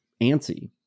antsy